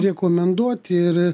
rekomenduoti ir